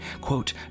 quote